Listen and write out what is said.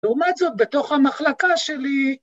‫לעומת זאת, בתוך המחלקה שלי...